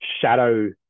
shadow